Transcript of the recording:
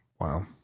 Wow